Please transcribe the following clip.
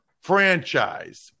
Franchise